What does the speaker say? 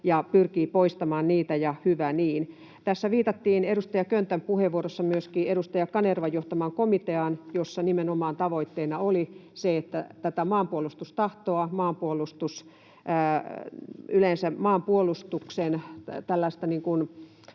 ja pyrkii poistamaan niitä — ja hyvä niin. Tässä viitattiin edustaja Köntän puheenvuorossa myöskin edustaja Kanervan johtamaan komiteaan, jossa nimenomaan tavoitteena oli se, että tätä maanpuolustustahtoa ja yleensä tällaista